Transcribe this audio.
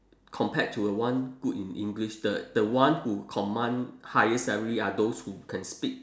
compared to a one good in english the the one who command higher salary are those who can speak